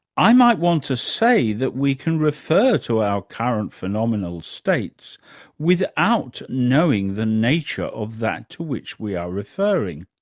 i might want to say that we can refer to our current phenomenal states without knowing the nature of that to which we are referring.